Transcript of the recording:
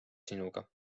sinuga